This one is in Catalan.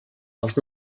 els